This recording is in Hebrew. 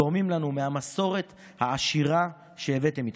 תורמים לנו מהמסורת העשירה שהבאתם איתכם.